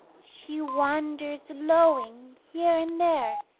she wanders lowing here and there,